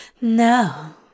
No